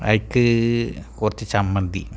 ഐക്ക് കൊറച്ച് ചമ്മന്തി